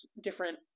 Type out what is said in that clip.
different